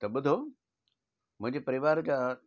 त ॿुधो मुंहिंजे परिवार जा